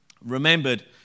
remembered